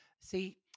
See